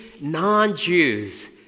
non-Jews